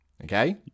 Okay